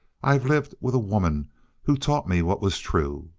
i've lived with a woman who taught me what was true.